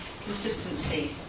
consistency